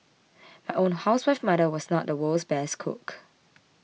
my own housewife mother was not the world's best cook